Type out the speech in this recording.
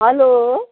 hello